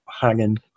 hanging